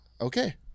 Okay